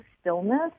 stillness